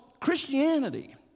Christianity